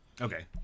Okay